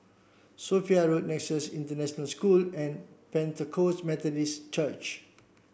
Sophia Road Nexus International School and Pentecost Methodist Church